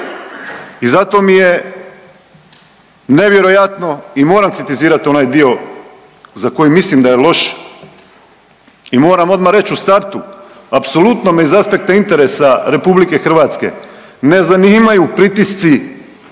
I zato mi je nevjerojatno i moram kritizirati onaj dio za koji mislim da je loš i moram odmah reći u startu, apsolutno me iz aspekta interesa Republike Hrvatske ne zanimaju pritisci ove